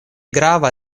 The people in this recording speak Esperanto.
grava